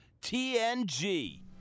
TNG